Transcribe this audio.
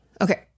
Okay